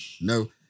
no